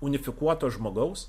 unifikuoto žmogaus